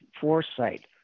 Foresight